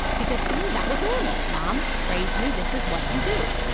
because to me that was normal. mom raised me, this is what you do.